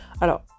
Alors